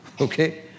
okay